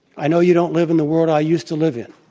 i know you don't live in the world i used to live in,